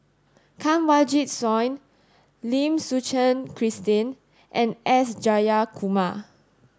Kanwaljit Soin Lim Suchen Christine and S Jayakumar